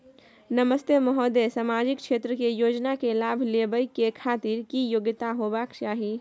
नमस्ते महोदय, सामाजिक क्षेत्र के योजना के लाभ लेबै के खातिर की योग्यता होबाक चाही?